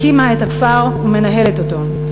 הקימה את הכפר ומנהלת אותו.